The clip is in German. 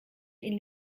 ihn